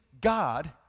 God